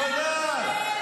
בוודאי.